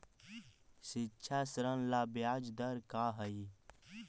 शिक्षा ऋण ला ब्याज दर का हई?